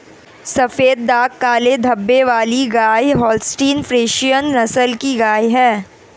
सफेद दाग काले धब्बे वाली गाय होल्सटीन फ्रिसियन नस्ल की गाय हैं